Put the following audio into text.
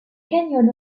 canyon